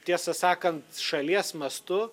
tiesą sakant šalies mastu